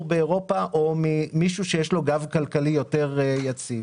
באירופה או ממישהו שיש לו גב כלכלי יותר יציב.